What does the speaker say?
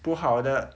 不好的